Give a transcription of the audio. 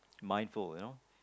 mindful you know